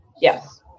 Yes